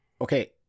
okay